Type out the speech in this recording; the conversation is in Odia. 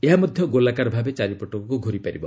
ଏହା ମଧ୍ୟ ଗୋଲାକାର ଭାବେ ଚାରିପଟକୁ ଘୁରି ପାରିବ